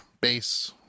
bass